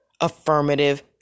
affirmative